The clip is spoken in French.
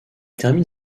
termine